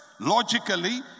Logically